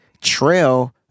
trail